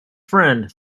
friend